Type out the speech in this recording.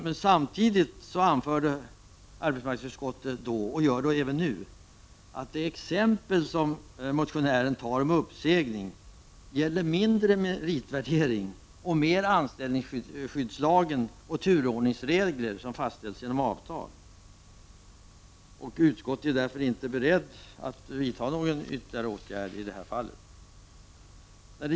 Men samtidigt anförde arbetsmarknadsutskottet då, och gör det även nu, att det exempel som motionären nämner om uppsägning gäller mindre meritvärdering och mer anställningsskyddslagen och turordningsregler som fastställs genom avtal. Utskottet är därför inte berett att vidta några ytterligare åtgärder i det fallet.